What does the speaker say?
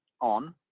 on